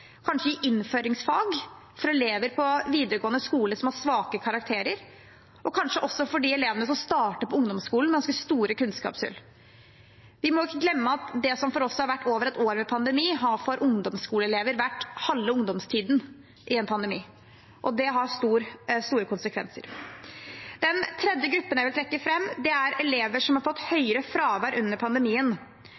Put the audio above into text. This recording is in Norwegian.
som har svake karakterer, og kanskje også for de elevene som starter på ungdomsskolen med ganske store kunnskapshull. Vi må ikke glemme at det som for oss har vært over et år med pandemi, for ungdomsskoleelever har vært halve ungdomstiden i en pandemi, og det har store konsekvenser. Den tredje gruppen jeg vil trekke fram, er elever som har fått